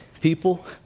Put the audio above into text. people